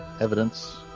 evidence